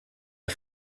der